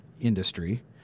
industry